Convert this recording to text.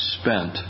spent